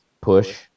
push